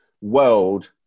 world